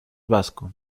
vasco